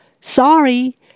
Sorry